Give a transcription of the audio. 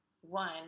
one